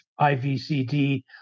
IVCD